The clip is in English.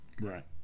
Right